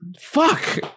fuck